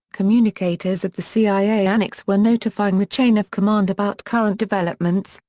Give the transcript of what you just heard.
communicators at the cia annex were notifying the chain of command about current developments,